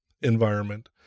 environment